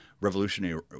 revolutionary